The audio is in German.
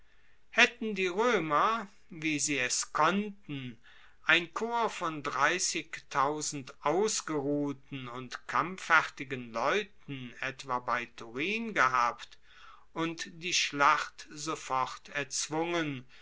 haetten die roemer wie sie es konnten ein korps von ausgeruhten und kampffertigen leuten etwa bei turin gehabt und die schlacht sofort erzwungen